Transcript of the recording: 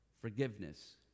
forgiveness